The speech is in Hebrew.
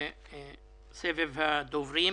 סבב הדוברים.